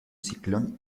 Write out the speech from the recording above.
ciclón